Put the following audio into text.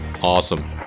awesome